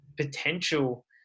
potential